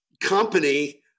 company